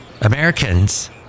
Americans